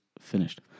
finished